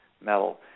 metal